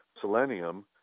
selenium